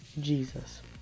Jesus